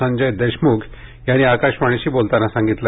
संजय देशमुख यांनी आकाशवाणीशी बोलताना सांगितले